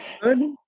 Good